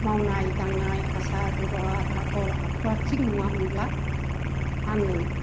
मावनाय दांनाय आसार बेब'हार आखल आखुवा थिग नङामोनब्ला आङो